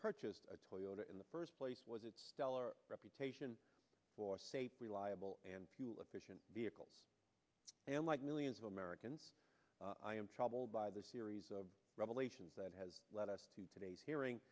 purchased a toyota in the first place was a reputation for reliable and fuel efficient vehicles and like millions of americans i am troubled by the series of revelations that has led us to today's hearing